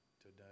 today